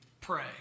pray